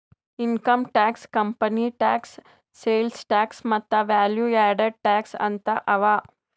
income tax, company tax, sales tax ಮತ್ತ value added tax ಅಂತ್ ಅವಾ